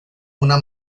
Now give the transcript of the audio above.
una